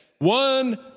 One